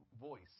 voice